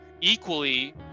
equally